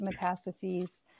metastases